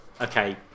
okay